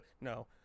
no